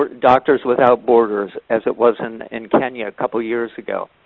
doctors without borders as it was in in kenya a couple years ago.